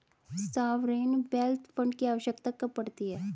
Sovereign wealth fund की आवश्यकता कब पड़ती है?